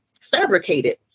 fabricated